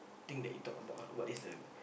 thing that you talk about ah aout this the